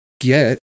get